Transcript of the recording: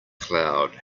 cloud